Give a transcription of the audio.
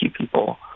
people